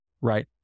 right